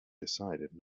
decided